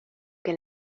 que